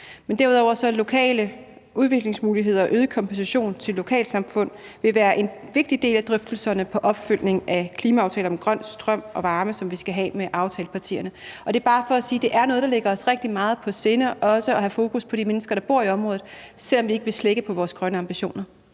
Men derudover vil lokale udviklingsmuligheder og øget kompensation til lokalsamfund være en vigtig del af drøftelserne i forbindelse med opfølgningen af klimaaftale om grøn strøm og varme, som vi skal have med aftalepartierne. Og det er bare for at sige, at det også er noget, der ligger os rigtig meget på sinde at have fokus på de mennesker, der bor i området, men vi vil ikke slække på vores grønne ambitioner.